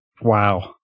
Wow